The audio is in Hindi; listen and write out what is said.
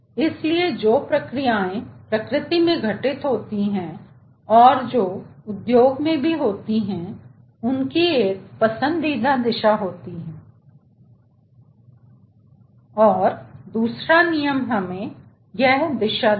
इसलिए जो प्रक्रियाओं प्रकृति में घटित होती हैं और जो उद्योग में भी होती हैं उनकी एक पसंदीदा दिशा होगी और दूसरा नियम हमें यह दिशा देगा